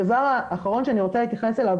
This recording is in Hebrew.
הדבר האחרון שאני רוצה להתייחס אליו,